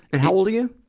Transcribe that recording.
and how old are you?